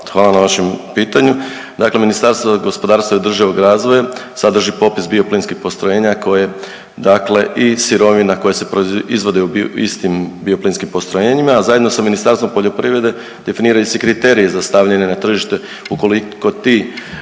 hvala na vašem pitanju dakle Ministarstvo gospodarstva i održivog razvoja sadrži popis bioplinskih postrojenja koje dakle i sirovina koje se proizvode u bio istim bioplinskim postrojenjima, a zajedno sa Ministarstvom poljoprivrede definiraju se kriteriji za stavljanje na tržište ukoliko ti